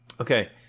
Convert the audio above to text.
okay